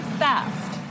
fast